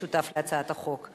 השותף להצעת החוק.